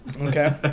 Okay